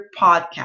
podcast